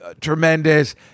tremendous